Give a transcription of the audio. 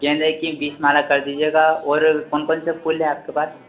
गेंदे की बीस माला कर दीजिएगा और कौन कौन से फूल हैं आपके पास